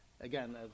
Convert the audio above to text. again